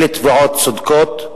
אלה תביעות צודקות.